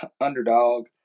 underdog